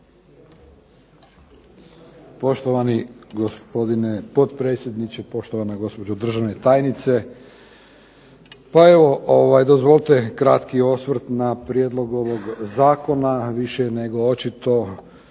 Poštovani gospodine potpredsjedniče, poštovana gospođo državna tajnice. Pa evo dozvolite kratki osvrt na prijedlog ovog zakona. Više je nego očito